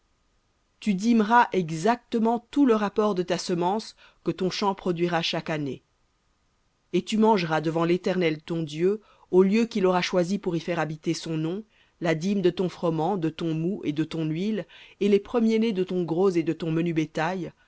tu dîmeras exactement tout le rapport de ta semence que ton champ produira chaque année et tu mangeras devant l'éternel ton dieu au lieu qu'il aura choisi pour y faire habiter son nom la dîme de ton froment de ton moût et de ton huile et les premiers-nés de ton gros et de ton menu bétail